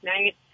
night